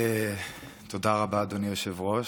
תודה רבה, אדוני היושב-ראש.